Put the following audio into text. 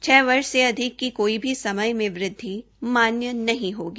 छ वर्ष से अधिक की कोई भी समय में वृद्धि मान्य नहीं होगी